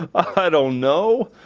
i don't know.